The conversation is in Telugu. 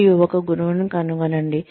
మరియు ఒక గురువును కనుగొనండి